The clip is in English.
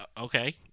Okay